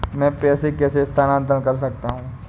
मैं पैसे कैसे स्थानांतरण कर सकता हूँ?